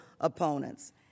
opponents